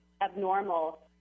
abnormal